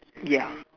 ya